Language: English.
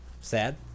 sad